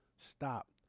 Stop